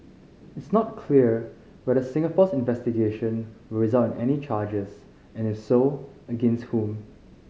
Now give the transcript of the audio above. it's not clear whether Singapore's investigation will result in any charges and if so against whom